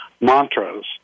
Mantras